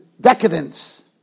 decadence